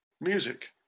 music